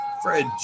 Fred